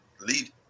lead